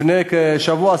לפני כשבוע,